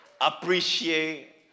appreciate